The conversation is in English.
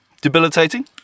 Debilitating